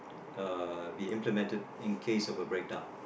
uh be implemented in case of a break down